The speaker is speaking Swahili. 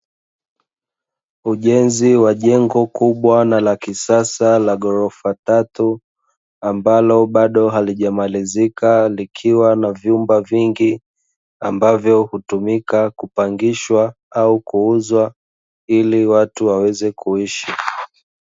Ujezi wa jengo kubwa na la kisasa la gorofa tatu ambalo bado alijamalizika likiwa na vyumba vingi ambavyo utumika kupangishwa au kuuza ili watu waweze kuishi.